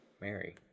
Mary